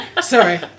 Sorry